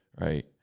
right